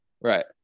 Right